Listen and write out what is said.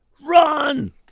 run